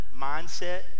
mindset